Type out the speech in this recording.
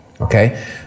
okay